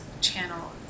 channel